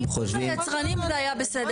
אם ליצרנים זה היה בסדר,